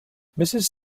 mrs